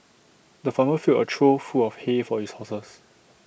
the farmer filled A trough full of hay for his horses